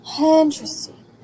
Interesting